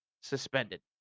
suspended